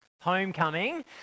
homecoming